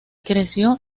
creció